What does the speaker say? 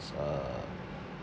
uh